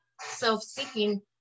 self-seeking